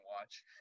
watch